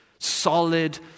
Solid